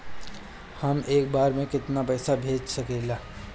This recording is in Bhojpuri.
हम एक बार में केतना पैसा भेज सकिला?